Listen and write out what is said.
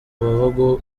bihugu